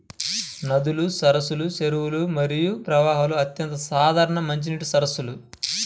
నదులు, సరస్సులు, చెరువులు మరియు ప్రవాహాలు అత్యంత సాధారణ మంచినీటి వనరులు